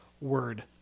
Word